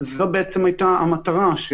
זאת היתה המטרה,